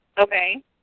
Okay